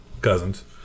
cousins